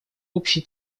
общей